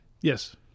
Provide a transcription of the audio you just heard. Yes